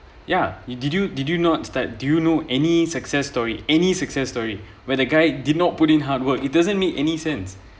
ya did you did you not that do you know any success story any success story where the guy did not put in hard work it doesn't make any sense